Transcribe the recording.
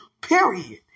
Period